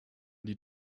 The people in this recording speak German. die